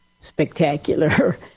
spectacular